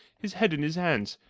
his head in his hands,